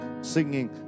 singing